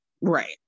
right